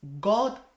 God